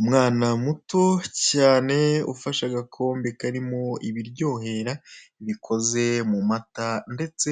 Umwana muto cyane ufashe agakombe karimo ibiryohera bikoze mu mata ndetse